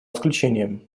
исключением